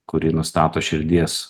kuri nustato širdies